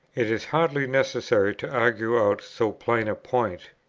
it is hardly necessary to argue out so plain a point.